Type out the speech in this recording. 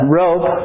rope